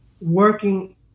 working